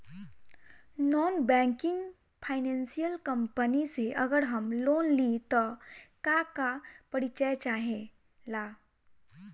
Non banking financial company से अगर हम लोन लि त का का परिचय चाहे ला?